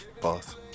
boss